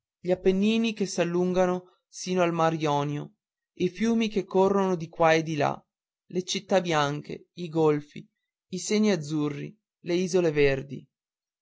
gli appennini che s'allungano sino al mar jonio i fiumi che corrono di qua e di là le città bianche i golfi i seni azzurri le isole verdi